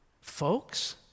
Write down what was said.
folks